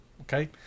okay